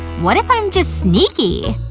what if i'm just sneaky?